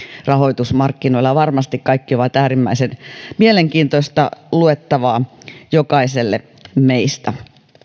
rahoitusmarkkinoilla varmasti tämä kaikki on äärimmäisen mielenkiintoista luettavaa jokaiselle meistä